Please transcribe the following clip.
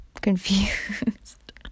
confused